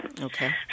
Okay